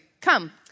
Come